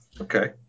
Okay